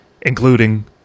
including